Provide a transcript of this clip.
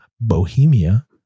Bohemia